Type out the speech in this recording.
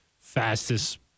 fastest